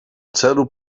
celu